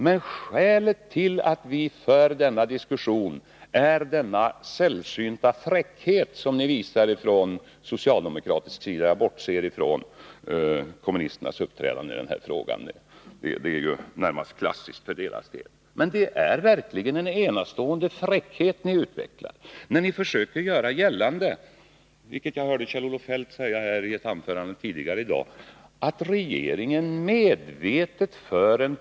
Men skälet till att vi för den är den sällsynta fräckhet som ni socialdemokrater visar — jag bortser från vpk:s uppträdande i den här frågan, som är närmast klassiskt — när ni försöker göra gällande att regeringen medvetet för en politik som driver fram arbetslöshet. Jag hörde Kjell-Olof Feldt säga detta i ett anförande tidigare i dag.